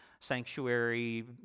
sanctuary